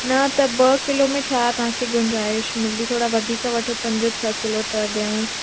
न त ॿ किलो में छा तव्हांखे गुंजाइश मिलंदी थोरा वधीक वठो पंज छह किलो त ॾियऊं